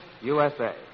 USA